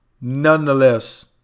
nonetheless